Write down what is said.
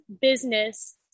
business